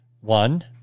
One